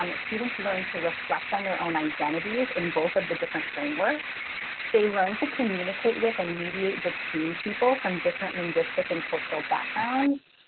um students learn to reflect on their own identities in both of the different frameworks they learn to communicate with and mediate between people from different linguistic and cultural backgrounds.